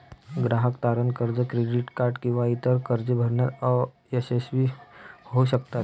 ग्राहक तारण कर्ज, क्रेडिट कार्ड किंवा इतर कर्जे भरण्यात अयशस्वी होऊ शकतात